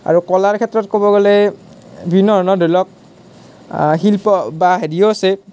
আৰু কলাৰ ক্ষেত্ৰত ক'ব গ'লে বিভিন্ন ধৰণৰ ধৰি লওক শিল্প বা হেৰিও আছে